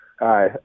Hi